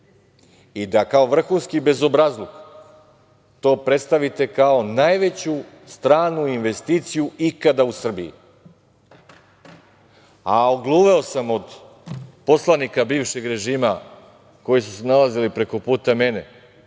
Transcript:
i da kao vrhunski bezobrazluk to predstavite kao najveću stranu investiciju ikada u Srbiji? Ogluveo sam od poslanika bivšeg režima koji su se nalazili preko puta mene,